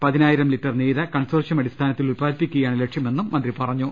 പതിനായിരം ലിറ്റർ നീര കൺസോർഷൃം അടിസ്ഥാ നത്തിൽ ഉൽപ്പാദിപ്പികുകയാണ് ലക്ഷ്യമെന്നും മന്ത്രി പറഞ്ഞു